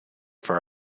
for